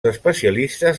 especialistes